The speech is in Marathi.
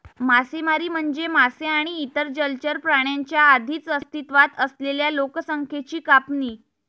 मासेमारी म्हणजे मासे आणि इतर जलचर प्राण्यांच्या आधीच अस्तित्वात असलेल्या लोकसंख्येची कापणी